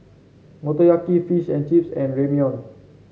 Motoyaki Fish and Chips and Ramyeon